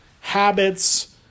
habits